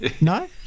No